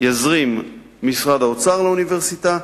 יזרים משרד האוצר לאוניברסיטה,